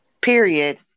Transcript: period